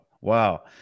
Wow